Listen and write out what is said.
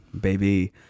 baby